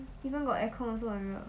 even got air con also 很热